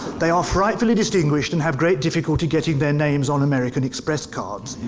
they are frightfully distinguished, and have great difficulty getting their names on american express cards.